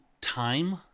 time